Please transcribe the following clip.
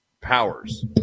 powers